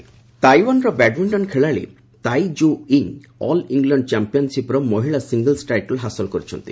badminton ତାଇୱାନ୍ରେ badminton ଖେଳାଳି Tai କୁ ଇଙ୍ଗ୍ ଅଲ୍ ଇଂଲଣ୍ଡ ଚାମ୍ପିୟନ୍ସିପ୍ର ମହିଳା ସିଙ୍ଗଲ୍ସ୍ ଟାଇଟଲ୍ ହାସଲ କରିଛନ୍ତି